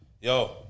Yo